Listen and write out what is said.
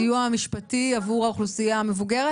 הסיוע המשפטי עבור האוכלוסייה המבוגרת?